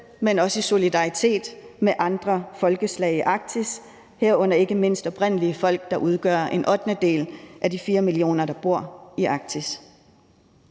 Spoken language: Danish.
men også i solidaritet med andre folkeslag i Arktis, herunder ikke mindst oprindelige folk, der udgør en ottendedel af de 4 millioner, der bor i Arktis.